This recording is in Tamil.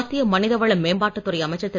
மத்திய மனிதவள மேம்பாட்டுத் துறை அமைச்சர் திரு